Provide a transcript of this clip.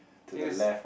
I think that's